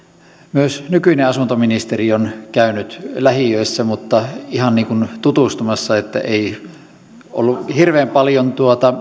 myös nykyinen asuntoministeri on käynyt lähiöissä mutta ihan niin kuin tutustumassa ei ollut hirveän paljon